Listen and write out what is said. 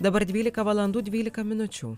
dabar dvylika valandų dvylika minučių